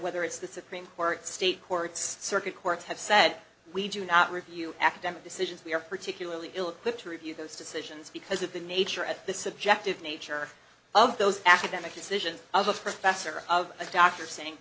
whether it's the supreme court state courts circuit courts have said we do not review academic decisions we are particularly ill equipped to review those decisions because of the nature of the subjective nature of those academic decisions of a professor of a doctor saying